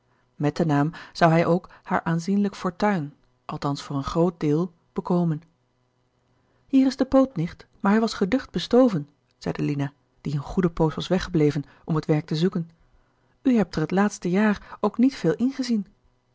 met den naam zou hij ook haar aanzienlijk fortuin althans voor een groot deel bekomen hier is de poot nicht maar hij was geducht bestoven zeide lina die een goede poos was weggebleven om het werk te zoeken u hebt er het laatste jaar ook niet veel in